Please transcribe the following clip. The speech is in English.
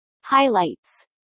Highlights